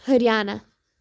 Haryana